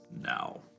Now